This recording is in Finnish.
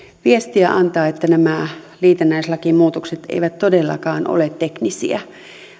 viestiä antaa että nämä liitännäislakimuutokset eivät todellakaan ole teknisiä